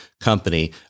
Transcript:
company